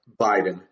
Biden